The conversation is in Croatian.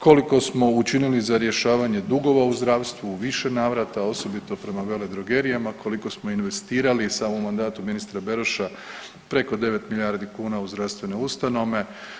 Koliko smo učinili za rješavanje dugova u zdravstvu u više navrata osobito prema veledrogerijama, koliko smo investirali u samom mandatu ministra Beroša preko 9 milijardi kuna u zdravstvene ustanove.